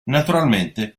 naturalmente